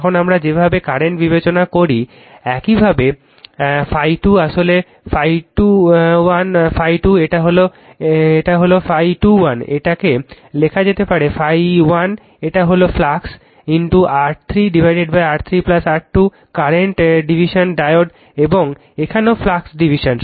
এখন আমরা যেভাবে কারেন্ট বিভাজন করি একইভাবে ∅2 আসলে ∅2 1 ∅2 এটা এটা হলো ∅2 1 এটাকে লেখা যেতে পারে ∅1 এটি মোট flux R3 R3 R2 current division diode এবং এখানেও ফ্লাক্স ডিভিশন